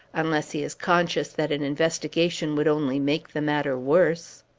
unless he is conscious that an investigation would only make the matter worse?